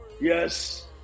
yes